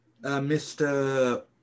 Mr